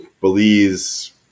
Belize